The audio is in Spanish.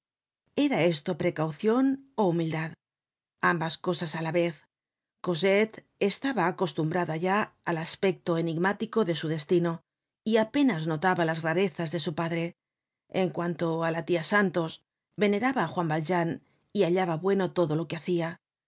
era esto precaucion ó humildad ambas cosas á la vez cosette estaba acostumbrada ya al aspecto enigmático de su destino y apenas notaba las rarezas de su padre en cuanto á la tia santos veneraba á juan valjean y hallaba bueno todo lo que hacia